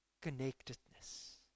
connectedness